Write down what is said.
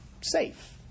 safe